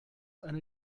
eine